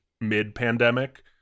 mid-pandemic